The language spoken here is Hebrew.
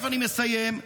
אני מסיים.